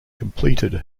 completed